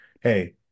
hey